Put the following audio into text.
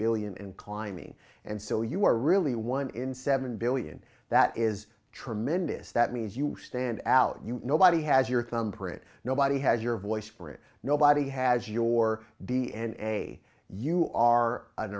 billion and climbing and so you are really one in seven billion that is tremendous that means you stand out you nobody has your thumbprint nobody has your voice for it nobody has your d n a you are an